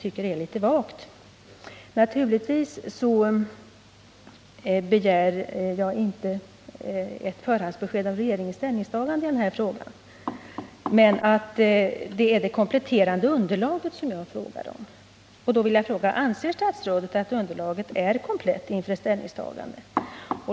tycker är litet vagt. Naturligtvis begär jag inte ett förhandsbesked om regeringens ställningstagande i denna fråga. Men jag vill fråga om statsrådet anser att underlaget är komplett inför ett ställningstagande.